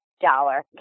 dollar